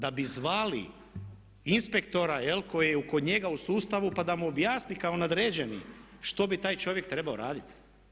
Da bi zvali inspektora jel' koji je kod njega u sustavu pa da mu objasni kao nadređeni što bi taj čovjek trebao raditi.